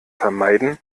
vermeiden